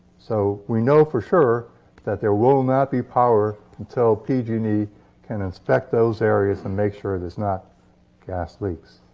so we know for sure that there will not be power until pg and e can inspect those areas and make sure there's not gas leaks.